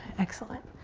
excellent.